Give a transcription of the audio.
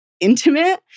intimate